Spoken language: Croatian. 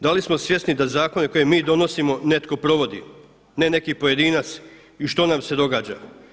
Da li smo svjesni da zakone koje mi donosimo netko provodi, ne neki pojedinac i što nam se događa?